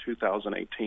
2018